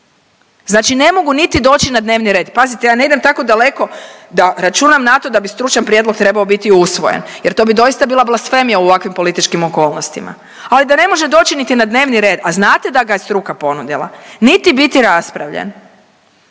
Znači ne mogu niti doći na dnevni red. Pazite ja ne idem tako daleko da računam na to da bi stručan prijedlog trebao biti usvojen, jer to bi doista bila blasfemija u ovakvim političkim okolnostima. Ali da ne može doći niti na dnevni red, a znate da ga je struka ponudila, niti biti raspravljen